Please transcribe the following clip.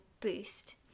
boost